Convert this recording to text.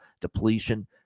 depletion